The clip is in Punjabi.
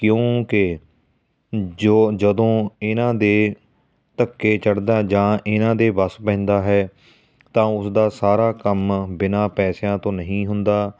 ਕਿਉਂਕਿ ਜੋ ਜਦੋਂ ਇਹਨਾਂ ਦੇ ਧੱਕੇ ਚੜ੍ਹਦਾ ਜਾਂ ਇਹਨਾਂ ਦੇ ਵੱਸ ਪੈਂਦਾ ਹੈ ਤਾਂ ਉਸਦਾ ਸਾਰਾ ਕੰਮ ਬਿਨਾਂ ਪੈਸਿਆਂ ਤੋਂ ਨਹੀਂ ਹੁੰਦਾ